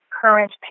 current